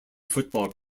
football